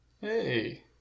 Hey